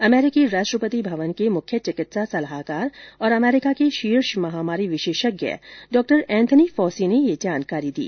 अमरीकी राष्ट्रपति भवन के मुख्य चिकित्सा सलाहकार और अमरीका के शीर्ष महामारी विशेषज्ञ डॉ एंथनी फॉसी ने यह जानकारी दी